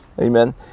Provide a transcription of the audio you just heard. Amen